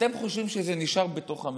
אתם חושבים שזה נשאר בתוך הממשלה.